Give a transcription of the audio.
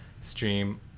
stream